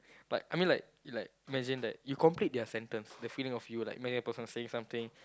but I mean like like imagine that you complete their sentence the feeling of you like imagine a person saying something